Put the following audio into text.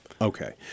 Okay